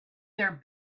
their